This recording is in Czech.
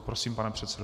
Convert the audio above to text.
Prosím, pane předsedo.